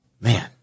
Man